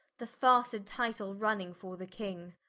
the farsed title running fore the king,